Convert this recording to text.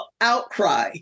outcry